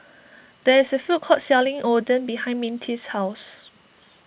there is a food court selling Oden behind Mintie's house